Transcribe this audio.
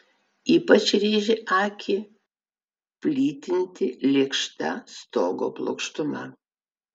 ypač rėžė akį plytinti lėkšta stogo plokštuma